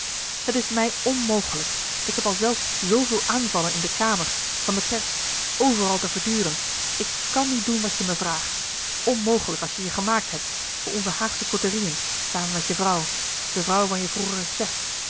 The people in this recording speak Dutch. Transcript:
het is mij onmogelijk ik heb al zelf zooveel aanvallen in de kamer van de pers overal te verduren ik kàn niet doen wat je me vraagt onmogelijk als je je gemaakt hebt voor onze haagsche côterieën samen met je vrouw de vrouw van je vroegeren chef